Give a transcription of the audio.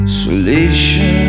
solution